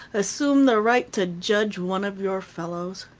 assume the right to judge one of your fellows.